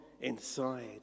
inside